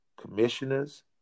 commissioners